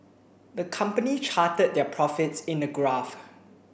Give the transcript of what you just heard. the company charted their profits in a graph